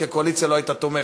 כי הקואליציה לא הייתה תומכת.